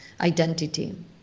Identity